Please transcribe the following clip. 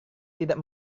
tidak